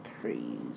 crazy